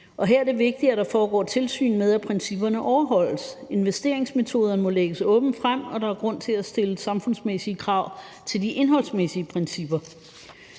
Her er det vigtigt, at der foregår tilsyn med, at principperne overholdes. Investeringsmetoderne må lægges åbent frem, og der er grund til at stille samfundsmæssige krav til de indholdsmæssige principper.